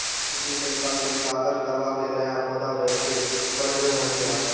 कित्रिम तरीका से परागण करवा के नया पौधा के प्रजनन होखेला